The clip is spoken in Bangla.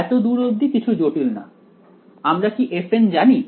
এত দূর অবধি কিছু জটিল না আমরা কি fn জানি